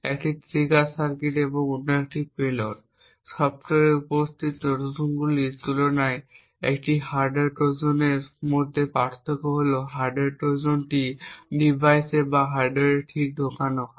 একটি trigger circuit এবং অন্যটি একটি পেলোড সফ্টওয়্যারে উপস্থিত ট্রোজানগুলির তুলনায় একটি হার্ডওয়্যার ট্রোজানের মধ্যে পার্থক্য হল হার্ডওয়্যার ট্রোজান ডিভাইসে বা হার্ডওয়্যারে ঠিক ঢোকানো হয়